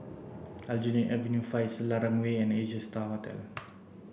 Aljunied Avenue Five Selarang Way and Asia Star Hotel